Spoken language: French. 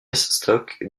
stock